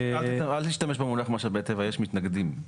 אל תשמש במונח משאבי טבע, יש מתנגדים.